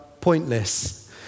pointless